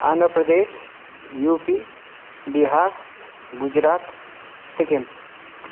Andhra Pradesh UP Bihar Gujarat Sikkim